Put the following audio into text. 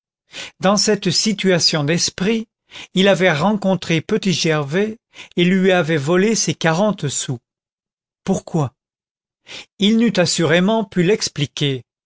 dans cette situation d'esprit il avait rencontré petit gervais et lui avait volé ses quarante sous pourquoi il n'eût assurément pu l'expliquer